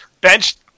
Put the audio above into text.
benched